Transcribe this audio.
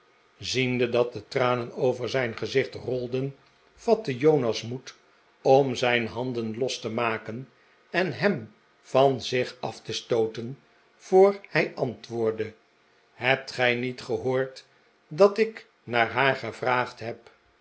ziende dat de tranen over zijn gezicht rolden vatte jonas moed om zijn handen los te maken en hem van zich af te stooten voor hij antwoordde hebt gij niet gehoord dat ik naar haar gevraagd heb